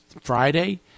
Friday